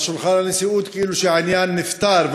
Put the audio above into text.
ליד שולחן הנשיאות כאילו העניין נפתר,